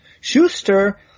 Schuster